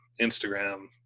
Instagram